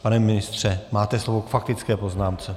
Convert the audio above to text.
Pane ministře, máte slovo k faktické poznámce.